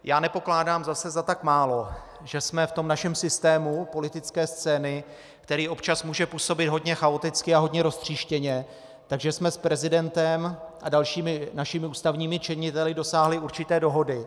Já nepokládám zase za tak málo, že jsme v tom našem systému politické scény, který občas může působit hodně chaoticky a hodně roztříštěně, s prezidentem a dalšími našimi ústavními činiteli dosáhli určité dohody.